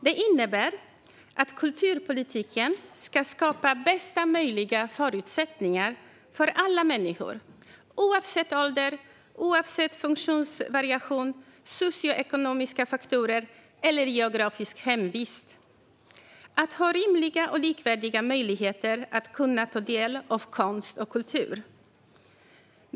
Det innebär att kulturpolitiken ska skapa bästa möjliga förutsättningar för alla människor oavsett ålder, funktionsvariation, socioekonomiska faktorer eller geografisk hemvist att ha rimliga och likvärdiga möjligheter att kunna ta del av konst och kultur.